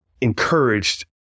encouraged